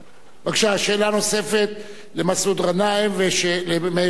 בבקשה, שאלה נוספת למסעוד גנאים ולמאיר שטרית.